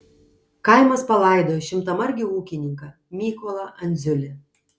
kaimas palaidojo šimtamargį ūkininką mykolą andziulį